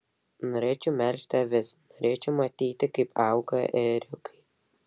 norėčiau melžti avis norėčiau matyti kaip auga ėriukai